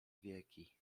wieki